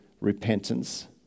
repentance